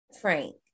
Frank